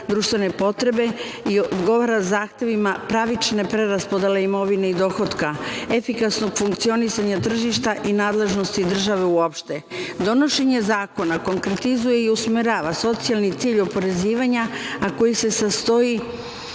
društvene potrebe i odgovara zahtevima pravične preraspodele imovine i dohotka, efikasnog funkcionisanja tržišta i nadležnosti države uopšte. Donošenje zakona konkretizuje i usmerava socijalni cilj oporezivanja, a koji se sastoji